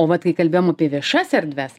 o vat kai kalbėjom apie viešas erdves